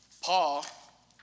Paul